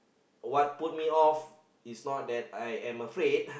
what put me off is not that I am afraid